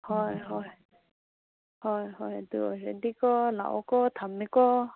ꯍꯣꯏ ꯍꯣꯏ ꯍꯣꯏ ꯍꯣꯏ ꯑꯗꯨ ꯑꯣꯏꯔꯗꯤꯀꯣ ꯂꯥꯛꯑꯣꯀꯣ ꯊꯝꯃꯦꯀꯣ